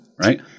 right